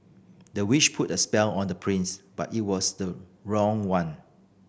the witch put a spell on the prince but it was the wrong one